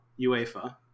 UEFA